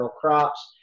crops